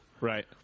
right